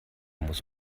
muss